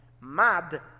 Mad